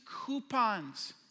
coupons